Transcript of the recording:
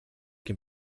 can